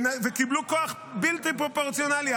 וקיבלו כוח בלתי פרופורציונלי,